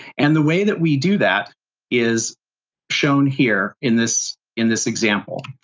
and the way that we do that is shown here in this in this example.